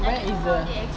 where is the